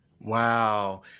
Wow